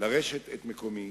לרשת את מקומי,